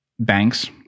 banks